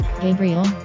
Gabriel